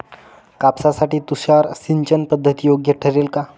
कापसासाठी तुषार सिंचनपद्धती योग्य ठरेल का?